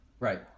Right